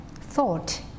thought